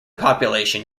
population